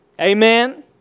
Amen